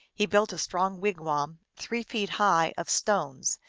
he built a strong wigwam, three feet high, of stones,